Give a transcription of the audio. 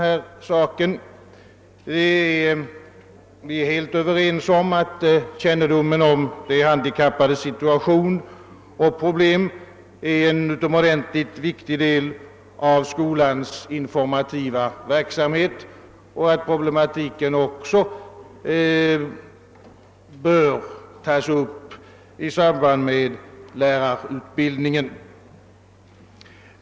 Vi är helt överens om att kännedomen om de handikappades situation och problem är en utomordentligt viktig del av skolans informativa verksamhet och att dessa frågor också bör tas upp i samband med lärarutbildningen.